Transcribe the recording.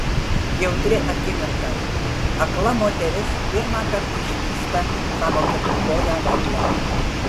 jautri akimirka akla moteris pirmąkart išvysta savo keturkoję vedlę